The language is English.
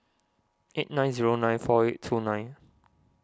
eight nine zero nine four eight two nine